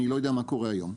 אני לא יודע מה קורה היום.